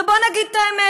בואו נגיד את האמת.